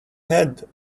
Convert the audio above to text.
head